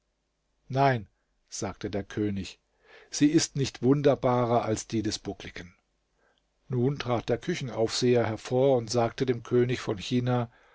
nein sagte der könig sie ist nicht wunderbarer als die des buckligen nun trat der küchenaufseher hervor und sagte dem könig von china